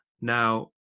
Now